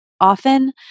often